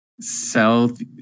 south